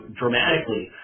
dramatically